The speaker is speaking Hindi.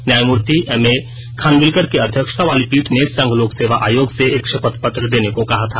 न्यायमूर्ति ए एम खानविल्कर की अध्यक्षता वाली पीठ ने संघ लोक सेवा आयोग से एक शपथ पत्र देने को कहा था